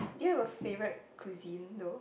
do you have a favorite cuisine though